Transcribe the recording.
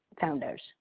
founders